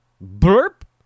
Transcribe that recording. burp